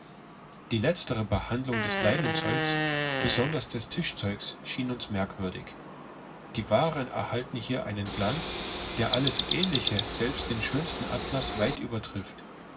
die letztere behandlung des leinenzeugs besonders des tischzeugs schien uns merkwürdig die waren erhalten hier einen glanz der alles ähnliche selbst den schönsten atlas weit übertrifft